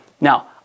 Now